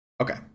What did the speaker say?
Okay